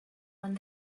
one